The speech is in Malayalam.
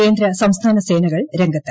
കേന്ദ്ര സംസ്ഥാന സേനകൾ രംഗത്ത്